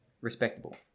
respectable